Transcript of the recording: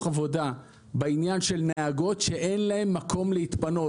עבודה בעניין של נהגות שאין להן מקום להתפנות.